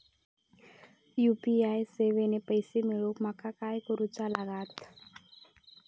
UPI ने पैशे मिळवूक माका काय करूचा लागात?